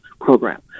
program